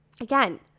again